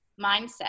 mindset